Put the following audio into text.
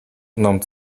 номд